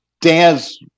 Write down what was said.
Dan's